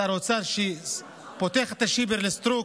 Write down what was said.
שר אוצר שפותח את השיבר לסטרוק,